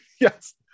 Yes